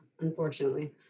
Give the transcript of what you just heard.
unfortunately